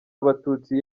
abatutsi